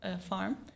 farm